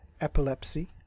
epilepsy